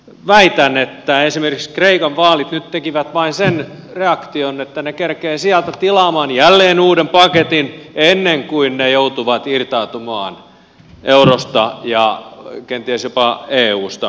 väitän että esimerkiksi kreikan vaalit nyt tekivät vain sen reaktion että he kerkeävät sieltä tilaamaan jälleen uuden paketin ennen kuin he joutuvat irtautumaan eurosta ja kenties jopa eusta